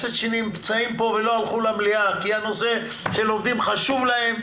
כל חברי הכנסת שנמצאים פה ולא הלכו למליאה כי הנושא של עובדים חשוב להם,